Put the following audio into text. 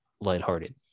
lighthearted